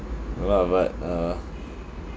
but but uh